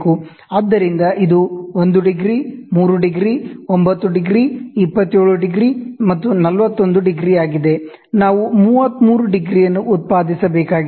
ಆದ್ದರಿಂದ ಇದು 1 ° 3 ° 9 ° 27 ° ಮತ್ತು 41° ಆಗಿದೆ ನಾವು 33° ಅನ್ನು ಉತ್ಪಾದಿಸಬೇಕಾಗಿದೆ